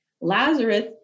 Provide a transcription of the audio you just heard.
Lazarus